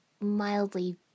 mildly